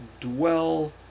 dwell